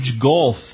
gulf